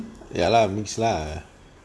ya lah mixed lah